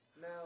now